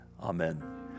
Amen